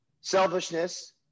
Selfishness